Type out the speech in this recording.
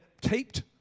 taped